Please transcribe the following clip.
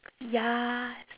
yas